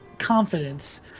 confidence